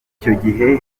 gihe